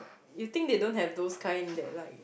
you think they don't have those kind that like